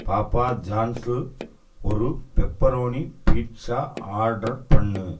பாப்பா ஜான்ஸில் ஒரு பெப்பரோனி பீட்சா ஆர்டர் பண்ணு